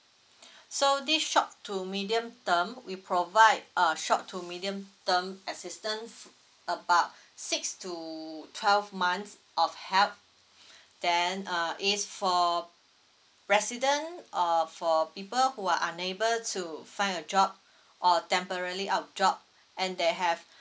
so this short to medium term we provide uh short to medium term assistance about six to twelve months of help then uh is for resident uh for people who are unable to find a job or temporally out of job and there have